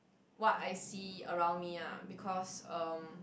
what I see around me ah because um